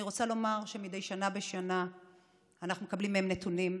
אני רוצה לומר שמדי שנה בשנה אנחנו מקבלים מהם נתונים,